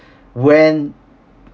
when